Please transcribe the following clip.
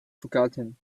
forgotten